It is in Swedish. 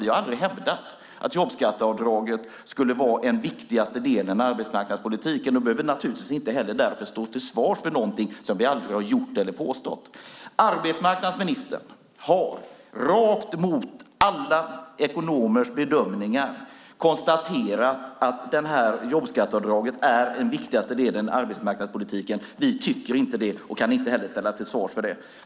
Vi har aldrig hävdat att jobbskatteavdraget skulle vara den viktigaste delen i arbetsmarknadspolitiken. Vi behöver naturligtvis inte stå till svars för någonting som vi aldrig har gjort eller påstått. Arbetsmarknadsministern har, tvärtemot alla ekonomers bedömningar, konstaterat att jobbskatteavdraget är den viktigaste delen i arbetsmarknadspolitiken. Vi tycker inte det och kan inte heller ställas till svars för det.